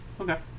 Okay